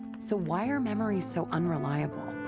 so why are memories so unreliable?